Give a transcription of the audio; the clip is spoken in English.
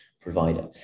provider